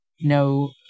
no